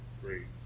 Great